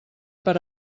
per